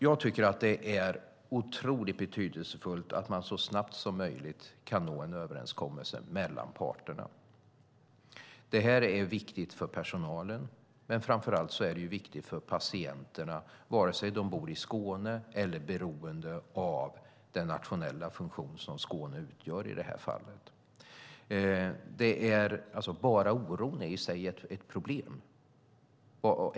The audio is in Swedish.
Jag tycker att det är otroligt betydelsefullt att man så snabbt som möjligt kan nå en överenskommelse mellan parterna. Det här är viktigt för personalen, men framför allt är det viktigt för patienterna, vare sig de bor i Skåne eller är beroende av den nationella funktion som Skåne utgör i det här fallet. Bara oron i sig är ett problem.